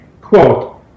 quote